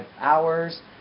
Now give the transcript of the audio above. hours